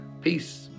Peace